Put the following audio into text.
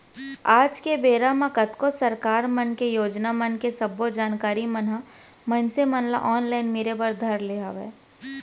आज के बेरा म कतको सरकार मन के योजना मन के सब्बो जानकारी मन ह मनसे मन ल ऑनलाइन मिले बर धर ले हवय